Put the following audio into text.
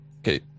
Okay